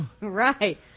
Right